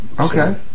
Okay